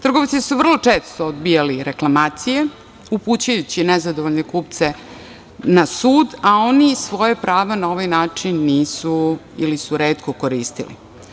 Trgovci su vrlo često odbijali reklamacije, upućujući nezadovoljne kupce na sud, a oni svoja prava na ovaj način nisu ili su retko koristili.